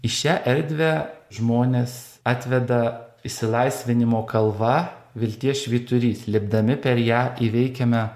į šią erdvę žmones atveda išsilaisvinimo kalva vilties švyturys lipdami per ją įveikiame